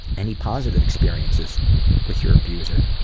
any positive experiences with your abuser?